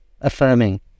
affirming